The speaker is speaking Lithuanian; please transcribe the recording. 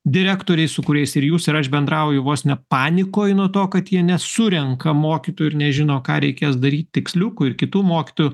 direktoriai su kuriais ir jūs ir aš bendrauju vos ne panikoj nuo to kad jie nesurenka mokytojų ir nežino ką reikės daryti tiksliukų ir kitų mokytojų